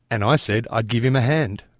and i said i'd give him a hand.